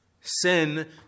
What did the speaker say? Sin